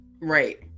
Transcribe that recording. Right